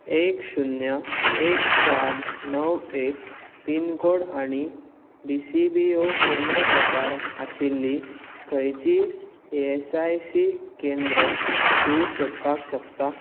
एक शुन्य एक चार णव एक पीनकोड आनी डी सी बी ओ केंद्र प्रकार आशिल्लीं खंयचीय ई एस आय सी केंद्र तूं सोदपाक शकता